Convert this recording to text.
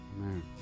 Amen